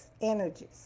energies